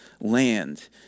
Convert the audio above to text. land